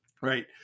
right